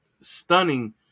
stunning